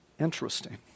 interesting